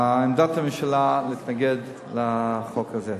עמדת הממשלה היא להתנגד לחוק הזה.